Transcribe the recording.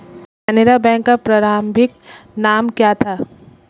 Canara bank का प्रारंभिक नाम क्या था?